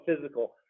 physical